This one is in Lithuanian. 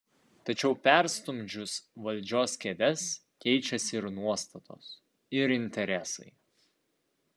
tačiau perstumdžius valdžios kėdes keičiasi ir nuostatos ir interesai